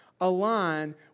align